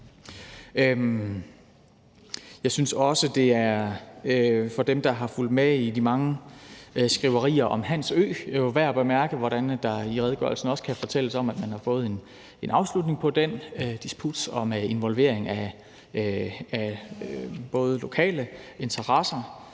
beskrives i redegørelsen. For dem, der har fulgt med i de mange skriverier om Hans Ø, er det jo værd at bemærke, hvordan der i redegørelsen også fortælles om, at man har fået en afslutning på den disputs om involvering af lokale interesser